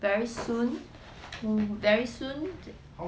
very soon mm very soon